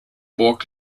burg